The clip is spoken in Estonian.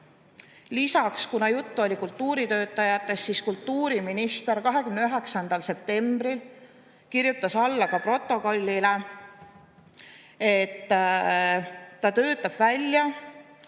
Lisaks, kuna juttu oli kultuuritöötajatest, kultuuriminister 29. septembril kirjutas alla protokollile, et ta töötab välja